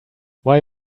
why